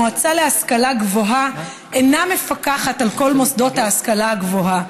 המועצה להשכלה גבוהה אינה מפקחת על כל מוסדות ההשכלה הגבוהה.